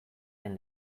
den